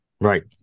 Right